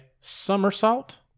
Somersault